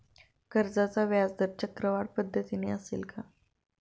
कर्जाचा व्याजदर चक्रवाढ पद्धतीने असेल का?